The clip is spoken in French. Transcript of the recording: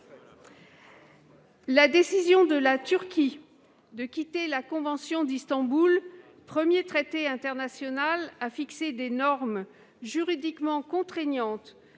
La décision de la Turquie de quitter la convention d'Istanbul, premier traité international à fixer des normes juridiquement contraignantes